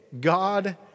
God